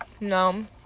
No